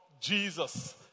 Jesus